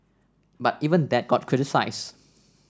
but even that got criticised